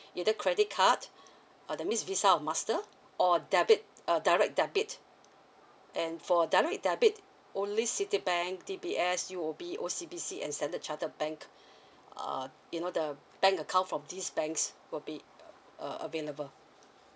either credit card or the miss visa or master or debit uh direct debit and for direct debit only citibank D_B_S U_O_B O_C_B_C and standard chartered bank uh you know the bank account from these banks will be uh available